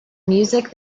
music